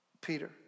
Peter